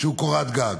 שהוא קורת גג.